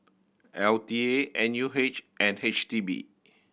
L T A N U H and H D B